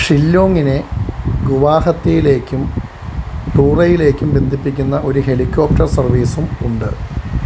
ഷില്ലോങ്ങിനെ ഗുവാഹത്തിയിലേക്കും ടൂറയിലേക്കും ബന്ധിപ്പിക്കുന്ന ഒരു ഹെലികോപ്റ്റർ സർവ്വീസും ഉണ്ട്